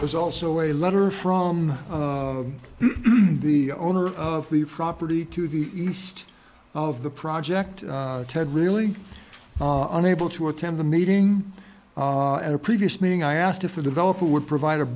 there's also a letter from the owner of the property to the east of the project ted really unable to attend the meeting at a previous meeting i asked if a developer would provide a